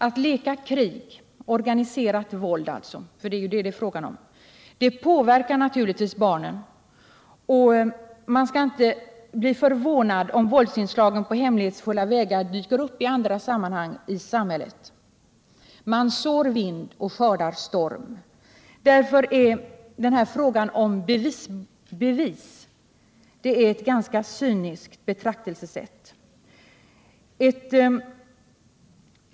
Att leka krig — organiserat våld alltså, vilket det ju är fråga om — påverkar naturligtvis barnen, och man skall inte bli förvånad om våldsinslagen på hemlighetsfulla vägar dyker upp i andra sammanhang i samhället. Man sår vind och skördar storm. När man därför tar upp frågan om bevis tyder det på ett ganska cyniskt betraktelsesätt.